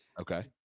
Okay